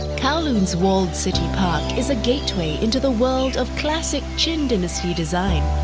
kowloon's walled city park is a gateway into the world of classic qing dynasty design,